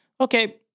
okay